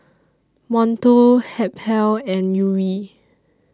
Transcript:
Monto Habhal and Yuri